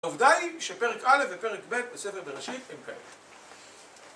טוב די שפרק א' ופרק ב' בספר בראשית הם כאלה